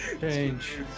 Change